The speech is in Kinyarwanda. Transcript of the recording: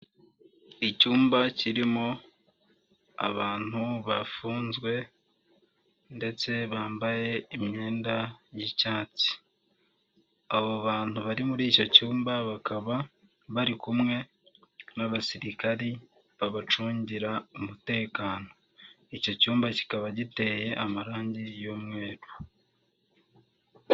Icyumba kirimo abantu bafunzwe ndetse bambaye imyenda y'icyatsi, abo bantu bari muri icyo cyumba bakaba bari kumwe n'abasirikari babacungira umutekano, icyo cyumba kikaba giteye amarangi y'umweru.